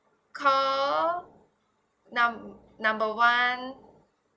call numb~ number one